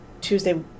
Tuesday